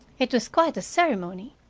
it was quite a ceremony.